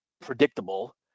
predictable